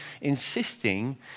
insisting